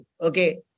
Okay